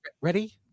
Ready